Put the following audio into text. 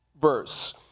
Verse